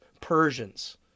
Persians